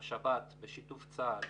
משהב"ט, בשיתוף צה"ל,